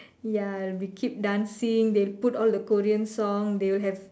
ya we keep dancing they'll put all the Korean songs they will have